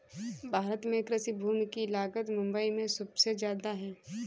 भारत में कृषि भूमि की लागत मुबई में सुबसे जादा है